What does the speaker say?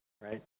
right